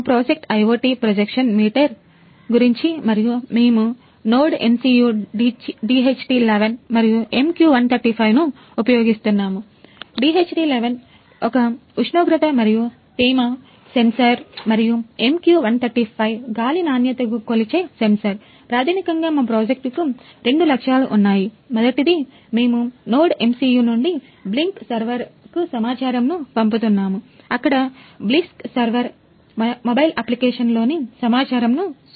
మా project IoT projection meter mobile అప్లికేషన్లోని సమాచారమును సూచిస్తుంది